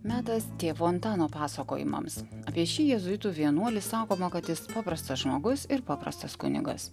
metas tėvų antano pasakojimams apie šį jėzuitų vienuolį sakoma kad jis paprastas žmogus ir paprastas kunigas